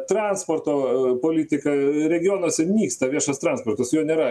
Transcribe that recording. transporto politika regionuose nyksta viešas transportas jo nėra